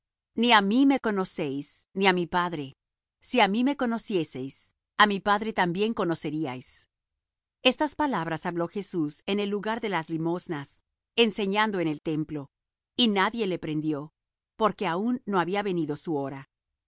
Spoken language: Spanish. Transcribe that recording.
ni á mí me conocéis ni á mi padre si á mí me conocieseis á mi padre también conocierais estas palabras habló jesús en el lugar de las limosnas enseñando en el templo y nadie le prendió porque aun no había venido su hora y